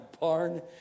barn